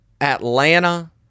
Atlanta